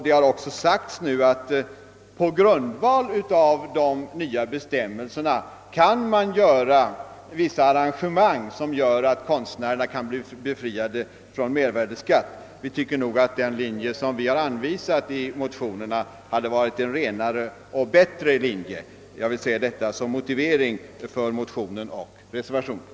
Det har nu också sagts, att man på grundval av de nya bestämmelserna kan vidta vissa arrangemang som gör att konstnärerna kan bli befriade från mervärdeskatt. Vi anser att den linje som anvisas i motionerna hade varit en renare och bättre linje. Jag har velat säga detta som motivering för motionerna och reservationen.